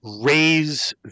raise